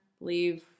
leave